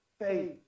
faith